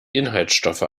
inhaltsstoffe